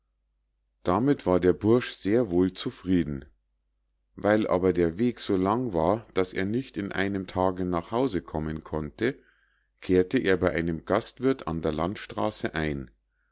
damit war der bursch sehr wohl zufrieden weil aber der weg so lang war daß er nicht in einem tage nach hause kommen konnte kehrte er bei einem gastwirth an der landstraße ein